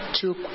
two